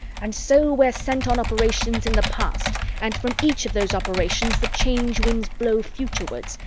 and so we're sent on operations in the past and from each of those operations the change winds blow futurewards,